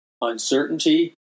uncertainty